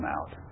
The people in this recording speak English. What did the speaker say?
out